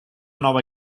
nova